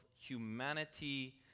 humanity